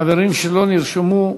חברים שלא נרשמו,